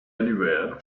anywhere